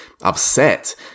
upset